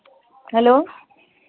hello